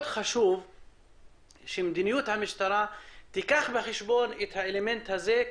חשוב שמדיניות המשטרה תיקח בחשבון את האלמנט הזה.